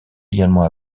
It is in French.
également